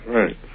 right